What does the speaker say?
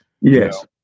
Yes